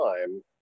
time